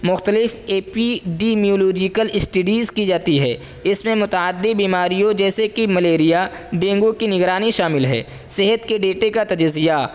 مختلف epidemiological studies کی جاتی ہے اس میں متعدی بیماریوں جیسے کہ ملیریا ڈینگو کی نگرانی شامل ہے صحت کے ڈیٹے کا تجزیہ